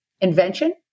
invention